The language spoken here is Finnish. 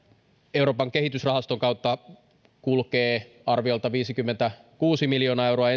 euroopan kehitysrahaston kautta kulkee ensi vuonna arviolta viisikymmentäkuusi miljoonaa euroa